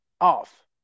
off